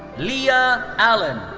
leah allen.